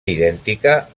idèntica